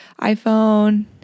iPhone